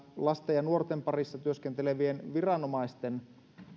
lasten ja nuorten parissa työskentelevien viranomaisten